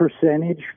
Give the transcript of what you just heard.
percentage